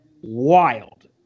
Wild